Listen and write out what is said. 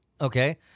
okay